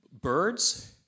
Birds